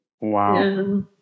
wow